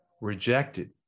rejected